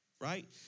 Right